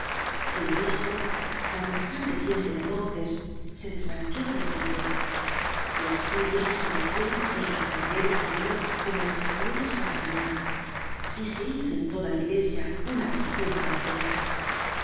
el obispo tan resplandeciente entonces se desvanecio de repente los cirios palidecierod en sus candeleros de oro como las estrellas por la ma fiana y se hizo en toda la iglesia una completa oscuridad